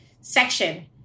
section